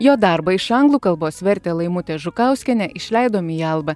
jo darbą iš anglų kalbos vertė laimutė žukauskienė išleidom į albą